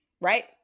right